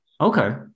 Okay